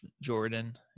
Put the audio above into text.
Jordan